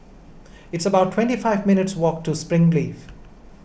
It's about twenty five minutes' walk to Springleaf